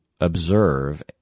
observe